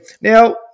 Now